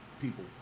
people